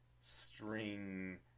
string